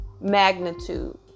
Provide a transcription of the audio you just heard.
magnitude